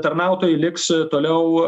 tarnautojai liks toliau